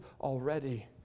already